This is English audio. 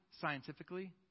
scientifically